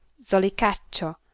zolicaccio,